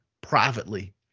privately